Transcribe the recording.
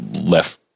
left